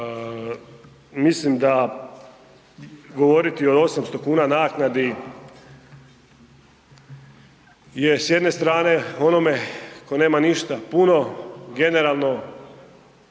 Mislim da govoriti od 800,00 kn naknadi je s jedne strane onome ko nema ništa puno, generalno